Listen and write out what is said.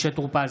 משה טור פז,